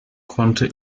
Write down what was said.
konnte